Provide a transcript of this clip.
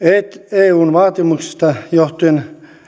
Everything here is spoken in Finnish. eun vaatimuksesta johtuen